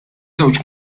żewġ